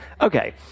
Okay